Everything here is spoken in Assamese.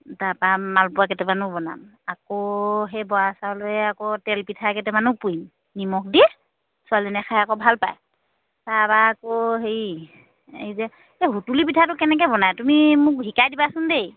তাৰাপৰা মালপোৱা কেইটামানো বনাম আকৌ সেই বৰা চাউলৰে আকৌ তেল পিঠা কেইটামানো পুৰিম নিমখ দি ছোৱালীজনীয়ে খাই আকৌ ভাল পায় তাৰপৰা আকৌ হেৰি এই যে এই সুতুলি পিঠাটো কেনেকৈ বনাই তুমি মোক শিকাই দিবাচোন দেই